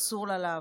אסור לה לעבור.